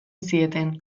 zieten